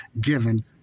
given